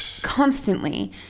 constantly